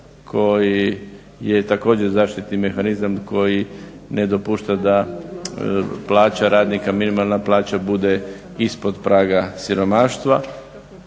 koji je također zaštitni mehanizam koji ne dopušta da plaća radnika minimalna plaća bude ispod praga siromaštva.